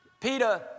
Peter